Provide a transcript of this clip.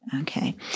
Okay